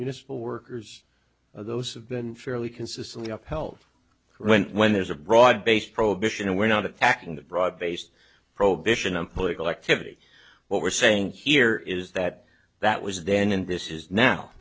municipal workers or those have been fairly consistently upheld current when there's a broad based prohibition and we're not attacking that broad based prohibition on political activity what we're saying here is that that was then and this is now